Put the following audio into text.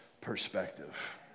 perspective